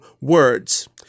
words